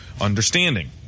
understanding